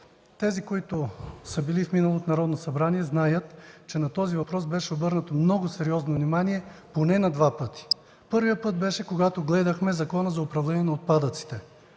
Тези, които са били в миналото Народно събрание, знаят, че на този въпрос беше обърнато много сериозно внимание поне на два пъти. Първият път беше, когато гледахме Закона за управление на отпадъците.